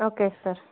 okay sir